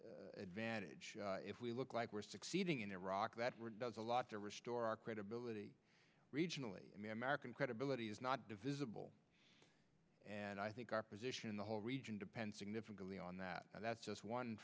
the advantage if we look like we're succeeding in iraq that were does a lot to restore our credibility regionally american credibility is not divisible and i think our position in the whole region depends significantly on that that's just one